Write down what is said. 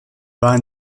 war